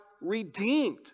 redeemed